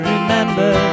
Remember